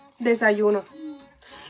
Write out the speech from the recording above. desayuno